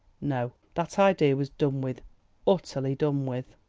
no, that idea was done with utterly done with.